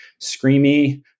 screamy